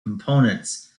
components